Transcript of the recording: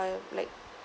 uh like